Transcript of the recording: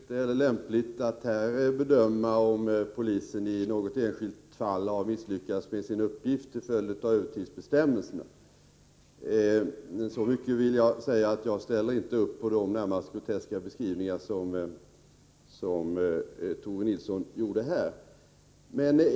Fru talman! Det är inte lätt och inte heller lämpligt att här bedöma om polisen i något enskilt fall har misslyckats med sin uppgift till följd av övertidsbestämmelserna. Men så mycket vill jag säga, att jag ställer inte upp på de närmast groteska beskrivningar som Tore Nilsson gjorde här.